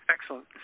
Excellent